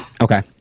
Okay